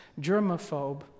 germaphobe